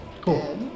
Cool